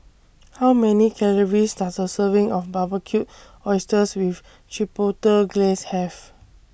How Many Calories Does A Serving of Barbecued Oysters with Chipotle Glaze Have